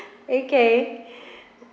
okay